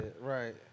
Right